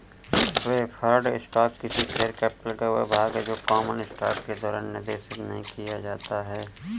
preferred stock किसी share capital का वह भाग है जो कॉमन स्टॉक के द्वारा निर्देशित नहीं किया जाता है